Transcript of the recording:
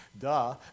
duh